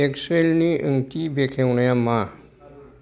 टेक्सुयेलनि ओंथि बेखेवनाया मा